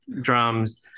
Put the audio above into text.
drums